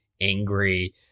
angry